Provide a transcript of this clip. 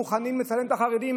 מוכנות לצלם את החרדים,